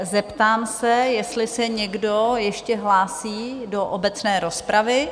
Zeptám se, jestli se někdo ještě hlásí do obecné rozpravy?